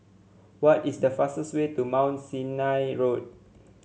what is the fastest way to Mount Sinai Road